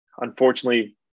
unfortunately